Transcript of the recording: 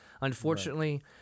Unfortunately